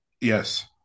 yes